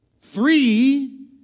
Three